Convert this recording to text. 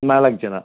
ನಾಲ್ಕು ಜನ